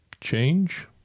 change